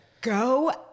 go